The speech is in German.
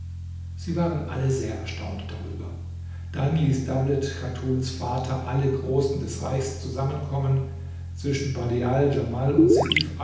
sie waren alle sehr erstaunt darüber dann ließ dawlet tatuns vater alle großen des reichs zusammenkommen zwischen badial djamal und